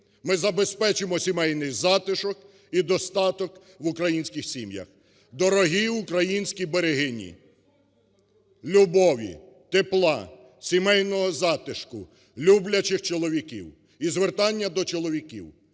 ми забезпечимо сімейний затишок і достаток в українських сім'ях. Дорогі українські берегині! Любові, тепла, сімейного затишку, люблячих чоловіків. І звертання до чоловіків.